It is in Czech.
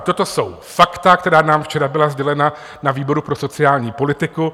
Toto jsou fakta, která nám včera byla sdělena na výboru pro sociální politiku.